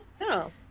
no